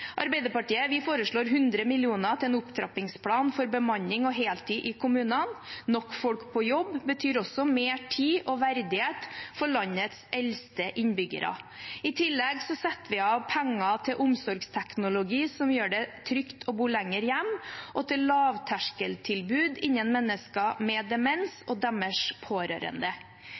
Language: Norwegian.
Arbeiderpartiet foreslår 100 mill. kr til en opptrappingsplan for bemanning og heltid i kommunene. Nok folk på jobb betyr også mer tid og verdighet for landets eldste innbyggere. I tillegg setter vi av penger til omsorgsteknologi som gjør det trygt å bo lenger hjemme, og til lavterskeltilbud for mennesker med demens og deres pårørende.